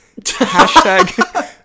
Hashtag